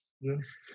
Yes